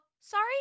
sorry